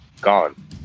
Gone